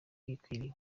yakiriwe